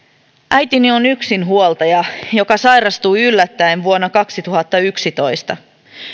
äitini on yksinhuoltaja joka sairastui yllättäen vuonna kaksituhattayksitoista